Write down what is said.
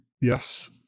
Yes